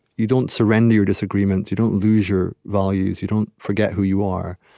you don't surrender your disagreements. you don't lose your values. you don't forget who you are.